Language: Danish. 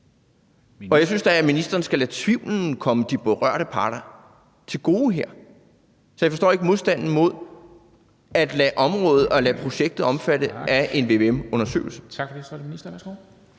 Og jeg synes da, at ministeren skal lade tvivlen komme de berørte parter til gode her. Så jeg forstår ikke modstanden mod at lade området og projektet omfatte af en vvm-undersøgelse.